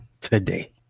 today